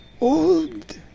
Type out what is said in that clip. old